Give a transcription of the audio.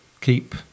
keep